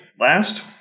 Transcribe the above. last